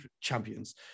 champions